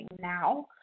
now